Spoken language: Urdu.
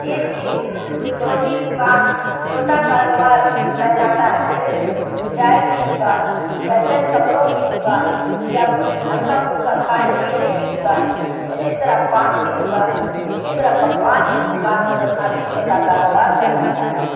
چیز کی دو چھوٹی دکان چھوٹا کاروبار کہلاتا ہے جیسے چائے کی دکان یا چند کپڑوں کی دکان یا کچھ ہلکا پھلکا کھانے پینے کی دکان اسی طرح پان کی دکان اسی طرح پکوان کی دکان کھولنا بھی چھوٹا کاروبار کہلاتا ہے